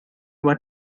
what